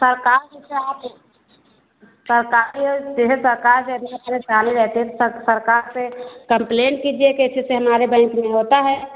सरकार जैसे आप हो सरकार जैसे सरकार से यदि कोई परेशानी रहेती है तो सर सरकार से कम्प्लेन कीजिए कि ऐसे ऐसे हमारे बैंक में होता है